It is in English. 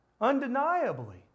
Undeniably